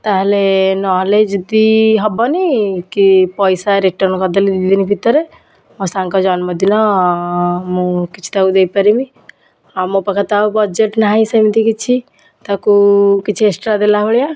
ତାହାଲେ ନହେଲେ ଯଦି ହେବନି କି ପଇସା ରିଟର୍ନ୍ କରିଦେଲେ ଦୁଇ ଦିନ ଭିତରେ ମୋ ସାଙ୍ଗ ଜନ୍ମଦିନ ମୁଁ କିଛି ତାକୁ ଦେଇ ପାରିବି ଆଉ ମୋ ପାଖରେ ତ ଆଉ ବଜେଟ୍ ନାହିଁ ସେମିତି କିଛି ତାକୁ କିଛି ଏକ୍ସ୍ଟ୍ରା ଦେଲା ଭଳିଆ